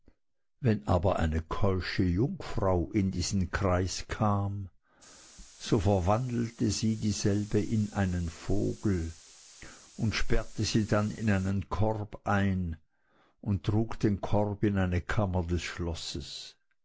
wenn aber eine keusche jungfrau in diesen kreis kam so verwandelte sie dieselbe in einen vogel und sperrte sie dann in einen korb ein und trug den korb in eine kammer des schlosses